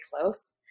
close